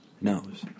knows